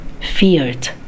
feared